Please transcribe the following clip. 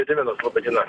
gediminas laba diena